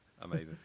Amazing